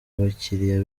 abakiriya